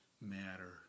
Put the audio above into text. matter